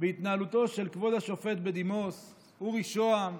בהתנהלותו של כבוד השופט בדימוס אורי שהם,